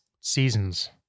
seasons